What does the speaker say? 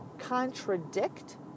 contradict